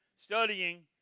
studying